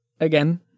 Again